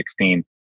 2016